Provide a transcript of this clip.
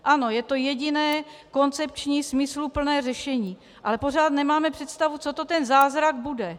Ano, je to jediné, koncepční, smysluplné řešení, ale pořád nemáme představu, co to ten zázrak bude.